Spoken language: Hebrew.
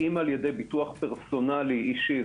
אם על ידי ביטוח פרסונלי אישי,